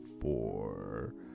four